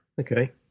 Okay